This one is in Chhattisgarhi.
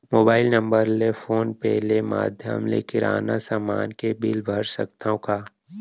मोबाइल नम्बर ले फोन पे ले माधयम ले किराना समान के बिल भर सकथव का?